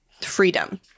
freedom